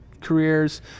careers